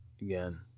again